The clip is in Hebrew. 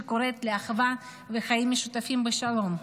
שקוראת לאחווה וחיים משותפים בשלום.